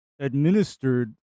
administered